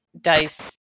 dice